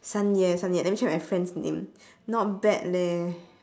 sun ye sun ye let me check my friend's name not bad leh